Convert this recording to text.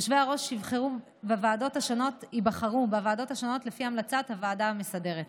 יושבי-הראש ייבחרו בוועדות השונות לפי המלצת הוועדה המסדרת.